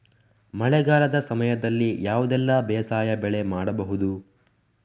ಮಳೆಗಾಲದ ಸಮಯದಲ್ಲಿ ಯಾವುದೆಲ್ಲ ಬೇಸಾಯ ಬೆಳೆ ಮಾಡಬಹುದು?